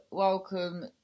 Welcome